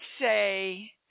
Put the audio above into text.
say